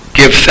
give